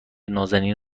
نازنین